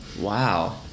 Wow